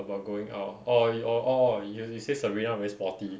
about going out orh y~ oh orh orh you say sabrina very sporty